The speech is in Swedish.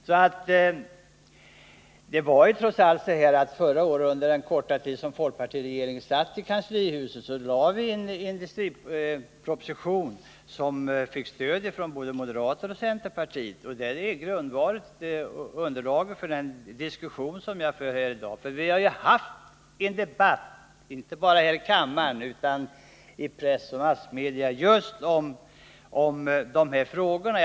Under den korta tid förra året som folkpartiregeringen satt i kanslihuset lade vi fram en industriproposition som fick stöd från både moderater och centerpartister. Och den är underlaget för den diskussion jag för här i dag. Och vi har haft debatt inte bara här i kammaren utan också i press och massmedia just om de här frågorna.